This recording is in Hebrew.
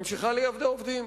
ממשיכה לייבא עובדים.